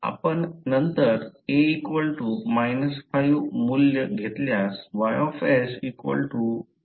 आपण नंतर A 5 मूल्य घेतल्यास Y AX